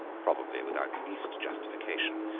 probably without the least justification,